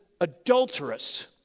adulterous